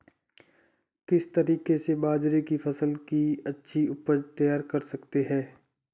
किस तरीके से बाजरे की फसल की अच्छी उपज तैयार कर सकते हैं?